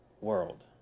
world